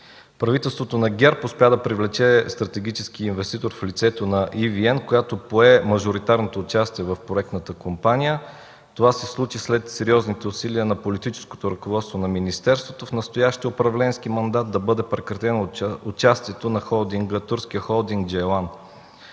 Правителството на ГЕРБ успя да привлече стратегически инвеститор в лицето на EVN, която пое мажоритарното участие в проектната компания. Това се случи след сериозните усилия на политическото ръководство на министерството в настоящия управленски мандат да бъде прекратено участието на турския холдинг „Джейлан”.